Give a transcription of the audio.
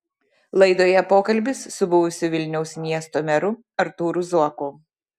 laidoje pokalbis su buvusiu vilniaus miesto meru artūru zuoku